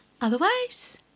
Otherwise